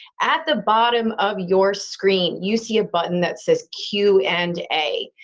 at the bottom of your screen you see a button that says q and a.